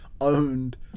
owned